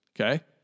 okay